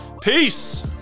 Peace